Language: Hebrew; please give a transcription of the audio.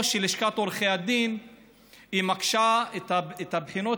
או שלשכת עורכי הדין מקשה את הבחינות